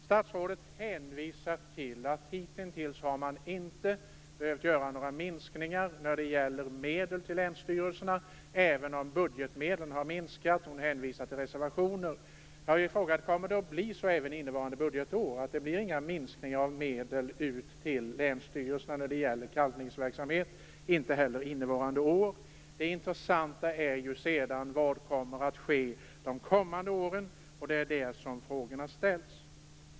Statsrådet hänvisar till man hitintills inte har behövt att göra några minskningar av medel till länsstyrelserna även om budgetmedlen har minskat - hon hänvisar till reservationer. Jag har frågat: Kommer det att bli så även under innevarande budgetår, att det inte blir några minskningar av medel till länsstyrelserna för kalkningsverksamheten? Det intressanta är sedan vad som kommer att ske under de kommande åren.